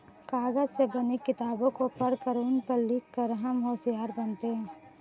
कागज से बनी किताबों को पढ़कर उन पर लिख कर हम होशियार बनते हैं